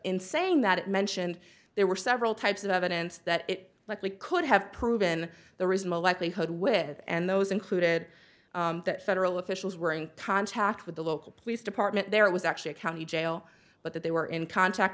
in saying that it mentioned there were several types of evidence that it likely could have proven the reasonable likelihood with and those included that federal officials were in contact with the local police department there it was actually a county jail but that they were in contact